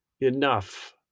Enough